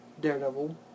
Daredevil